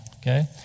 Okay